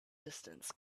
distance